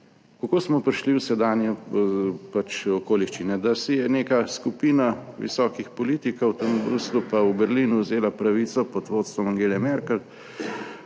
Kako smo prišli v sedanje pač okoliščine? Da si je neka skupina visokih politikov tam v Bruslju pa Berlinu vzela pravico pod vodstvom Angele Merkel,